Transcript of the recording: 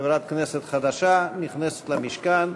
חברת כנסת חדשה נכנסת למשכן.